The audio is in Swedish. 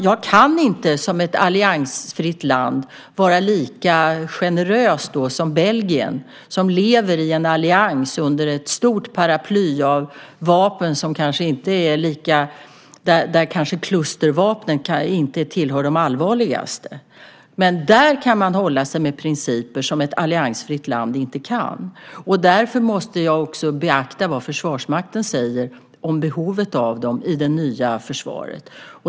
Jag kan inte i ett alliansfritt land vara lika generös som Belgien som lever i en allians under ett stort paraply av vapen, där kanske klustervapen inte tillhör de allvarligaste. Där kan man hålla sig med principer som ett alliansfritt land inte kan. Därför måste jag också beakta vad Försvarsmakten säger om behovet av dem i det nya försvaret.